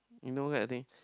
you know kind of thing